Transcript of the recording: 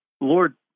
Lord